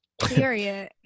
Period